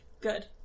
Good